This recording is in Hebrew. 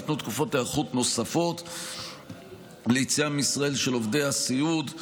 ניתנו תקופות היערכות נוספות ליציאה מישראל של עובדי הסיעוד,